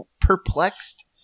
perplexed